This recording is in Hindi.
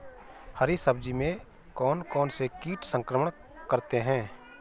हरी सब्जी में कौन कौन से कीट संक्रमण करते हैं?